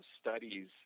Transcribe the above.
studies